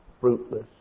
fruitless